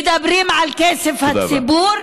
לגבעת חלפון.